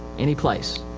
anyplace.